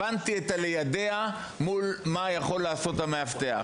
הבנתי את הליידע מול מה יכול לעשות המאבטח,